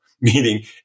meaning